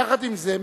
יחד עם זה,